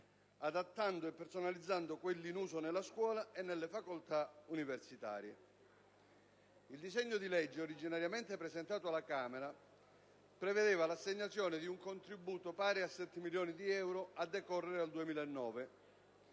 adattando e personalizzando quelli in uso nella scuola e nelle facoltà universitarie. Il disegno di legge, originariamente presentato alla Camera, prevedeva l'assegnazione di un contributo pari a 7 milioni di euro a decorrere dal 2009.